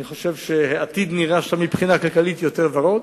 אני חושב שמבחינה כלכלית העתיד נראה שם יותר ורוד.